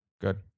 Good